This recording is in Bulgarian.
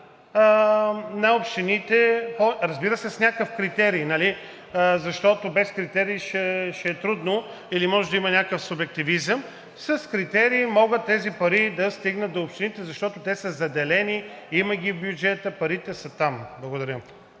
на общините. Разбира се, с някакъв критерий, защото без критерий ще е трудно или може да има някакъв субективизъм – с критерий тези пари могат да стигнат до общините, защото те са заделени, има ги в бюджета, парите са там. Благодаря.